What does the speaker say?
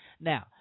Now